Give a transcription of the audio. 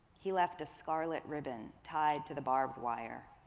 he left a scarlet ribbon tied to the barbed wire.